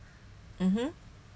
mmhmm